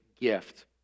gift